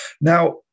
Now